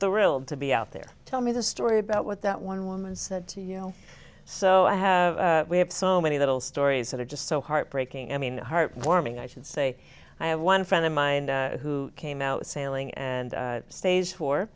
thrilled to be out there tell me the story about what that one woman said to you know so i have we have so many little stories that are just so heartbreaking i mean heartwarming i should say i have one friend of mine who came out sailing and stage fo